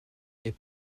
est